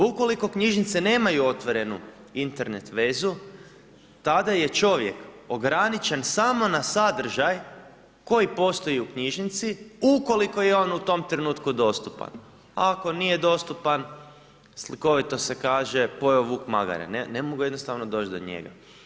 Ukoliko knjižnice nemaju otvorenu Internet vezu tada je čovjek ograničen samo na sadržaj koji postoji u knjižnici ukoliko je on u tom trenutku dostupan, a ako nije dostupan slikovito se kaže „pojeo vuk magare“ ne mogu jednostavno doći do njega.